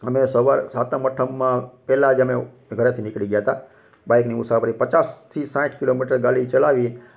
અમે સવારે સાતમ આઠમમાં પહેલાં જ અમે ઘરેથી નીકળી ગયા હતા બાઇકની મુસાફરી પચાસથી સાઠ કિલોમીટર ગાડી ચલાવી